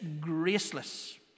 graceless